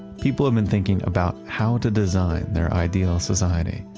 people have been thinking about how to design their ideal society.